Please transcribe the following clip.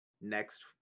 next